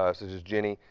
ah such as jenny,